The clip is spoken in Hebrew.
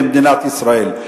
במדינת ישראל.